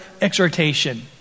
exhortation